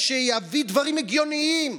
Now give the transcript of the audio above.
שיביא דברים הגיוניים.